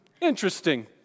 interesting